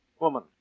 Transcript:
Woman